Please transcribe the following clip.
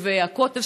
מתווה הכותל,